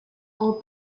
all